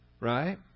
right